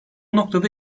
noktada